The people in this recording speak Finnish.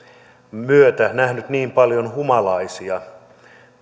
myötä nähnyt niin paljon humalaisia